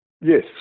Yes